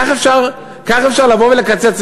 כך אפשר לבוא ולקצץ?